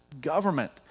government